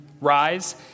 rise